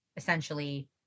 Essentially